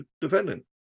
defendant